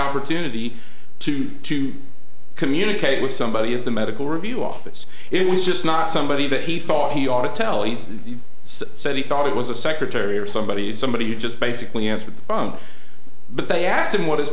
opportunity to to communicate with somebody at the medical review office it was just not somebody that he thought he ought to tell he said he thought it was a secretary or somebody somebody just basically answered the phone but they asked him what his